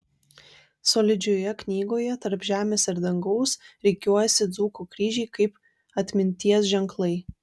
solidžioje knygoje tarp žemės ir dangaus rikiuojasi dzūkų kryžiai kaip atminties ženklai